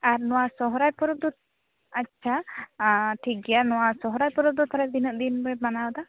ᱟᱨ ᱱᱚᱣᱟ ᱥᱚᱦᱚᱨᱟᱭ ᱯᱚᱨᱚᱵ ᱨᱮᱫᱚ ᱟᱪᱪᱷᱟ ᱦᱮᱸ ᱴᱷᱤᱠᱜᱮᱭᱟ ᱱᱚᱣᱟ ᱥᱚᱦᱚᱨᱟᱭ ᱯᱚᱨᱚᱵᱽ ᱨᱮᱫᱚ ᱛᱟᱦᱚᱞᱮ ᱛᱤᱱᱟᱹᱜ ᱫᱤᱱ ᱯᱮ ᱢᱟᱱᱟᱣᱮᱫᱟ